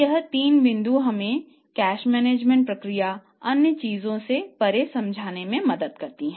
इसलिए हमें cash management प्रक्रिया अन्य चीजों से परे समझने में मदद करते हैं